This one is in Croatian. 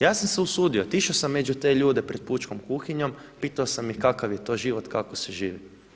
Ja sam se usudio, otišao sam među te ljude pred pučkom kuhinjom, pitao sam ih se kakav je to život, kako se živi.